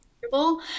comfortable